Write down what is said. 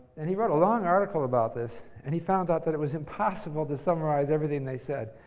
and he wrote a long article about this. and he found out that it was impossible to summarize everything they said.